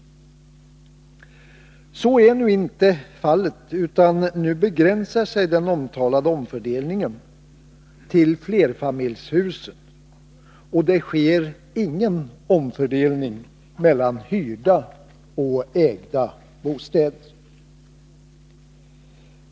Så är inte fallet, utan nu begränsar sig den omtalade omfördelningen till flerfamiljshusen, och det sker ingen omfördelning mellan hyrda och ägda bostäder.